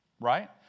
right